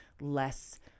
less